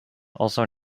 also